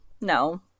no